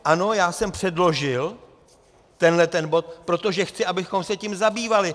Ano, já jsem předložil tento bod, protože chci, abychom se tím zabývali.